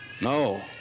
No